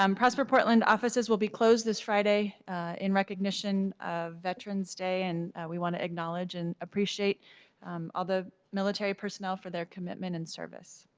um prosper portland offices will be closed friday in recognition of veterans' day and we want to acknowledge and appreciate all the military personnel for their commitment and service.